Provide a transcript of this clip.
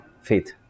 faith